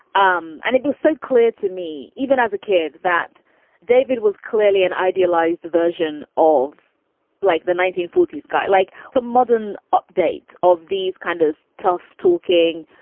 um and it was so clear to me, even as a kid, that david was clearly an idealized version of like the nineteen forty s guy, like the modern update of these kind of tough talking,